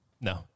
No